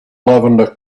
lavender